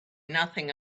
nothing